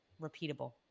repeatable